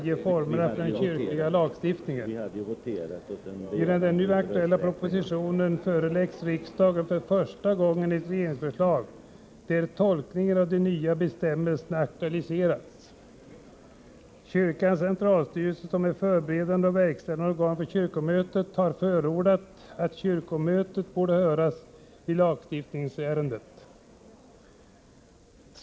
Genom den nu aktuella propositionen föreläggs riksdagen för första gången ett regeringsförslag, där tolkningen av de nya bestämmelserna aktualiseras. Kyrkans centralstyrelse, som är beredande och verkställande organ för kyrkomötet, har förordat att kyrkomötet borde höras i lagstift ningsärendet.